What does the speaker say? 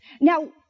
Now